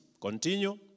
Continue